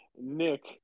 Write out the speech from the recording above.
Nick